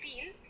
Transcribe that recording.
feel